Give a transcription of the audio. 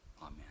Amen